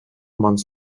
months